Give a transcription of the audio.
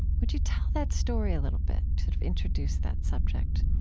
would you tell that story a little bit to introduce that subject?